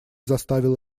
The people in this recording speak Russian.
заставил